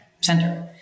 center